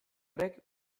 horrek